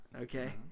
okay